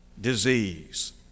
disease